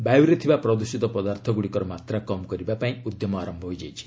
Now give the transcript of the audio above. ବାୟୁରେ ଥିବା ପ୍ରଦୃଷିତ ପଦାର୍ଥଗୁଡ଼ିକର ମାତ୍ରା କମ୍ କରିବାପାଇଁ ଉଦ୍ୟମ ଆରମ୍ଭ ହୋଇଯାଇଛି